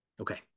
Okay